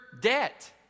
debt